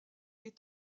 est